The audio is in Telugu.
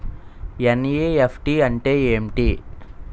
ఎన్.ఈ.ఎఫ్.టి అంటే ఎంటి?